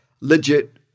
legit